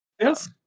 Yes